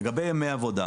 לגבי ימי עבודה,